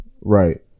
Right